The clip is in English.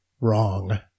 wrong